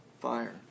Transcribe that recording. fire